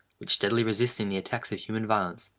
which steadily resisting the attacks of human violence,